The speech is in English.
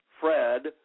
Fred